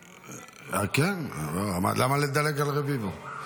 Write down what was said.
כן, למה לדלג על רביבו?